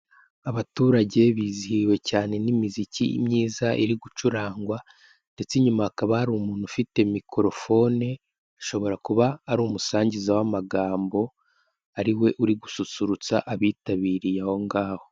Abaturage bizihiwe cyane n'imiziki myiza iri gucurangwa, ndetse inyuma hakaba hari umuntu ufite mikorofone ashobora kuba ari umusangiza w'amagambo; ariwe uri gususurutsa abitabiriye aho ngaho.